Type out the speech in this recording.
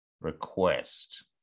request